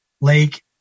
lake